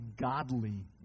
godly